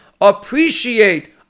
appreciate